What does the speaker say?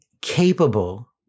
capable